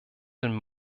den